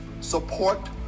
support